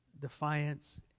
defiance